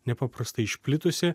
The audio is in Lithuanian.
nepaprastai išplitusi